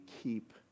keep